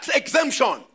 exemption